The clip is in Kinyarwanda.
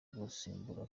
gusimbura